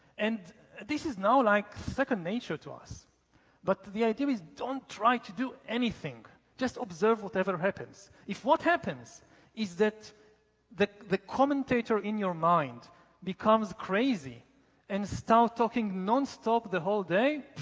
and this is now like second nature to us but the idea is don't try to do anything, just observe whatever happens. if what happens is that the the commentator in your mind becomes crazy and start talking non-stop the whole day,